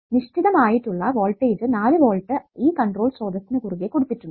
നിശ്ചിതം ആയിട്ടുള്ള വോൾടേജ് നാല് വോൾട്ട് ഈ കൺട്രോൾ സ്രോതസ്സിനു കുറുകെ കൊടുത്തിട്ടുണ്ട്